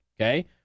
okay